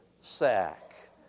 sack